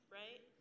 right